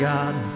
God